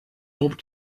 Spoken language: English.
rob